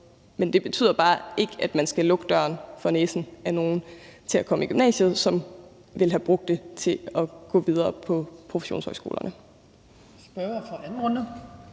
Men det betyder bare ikke, at man skal lukke døren for næsen af nogen med hensyn til at komme i gymnasiet, som ville have brugt det til at gå videre på professionshøjskolerne.